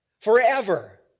forever